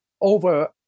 over